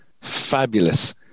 Fabulous